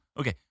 Okay